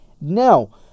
Now